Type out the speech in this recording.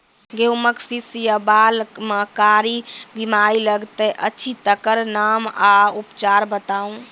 गेहूँमक शीश या बाल म कारी बीमारी लागतै अछि तकर नाम आ उपचार बताउ?